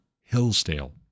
Hillsdale